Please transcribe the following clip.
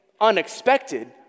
unexpected